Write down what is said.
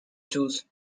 choose